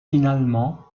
finalement